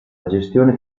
gestione